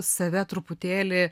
save truputėlį